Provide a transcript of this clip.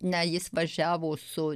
ne jis važiavo su